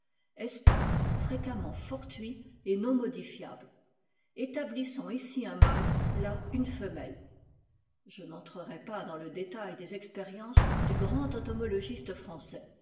espace fréquemment fortuit et non modifiable établissant ici un mâle là une femelle je n'entrerai pas dans le détail des expériences du grand entomologiste frantçais